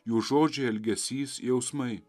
jų žodžiai elgesys jausmai